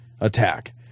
attack